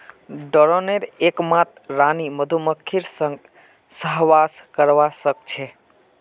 ड्रोनेर एकमात रानी मधुमक्खीर संग सहवास करवा ह छेक